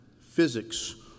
physics